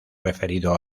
referido